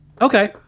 Okay